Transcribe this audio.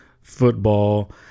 football